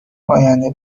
آینده